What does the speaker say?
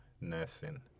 nursing